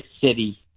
city